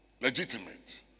Legitimate